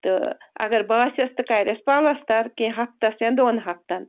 تہٕ اگر باسیٚس تہِ کَریٚس پَلستر کیٚنٛہہ ہفتس یا دۄن ہفتن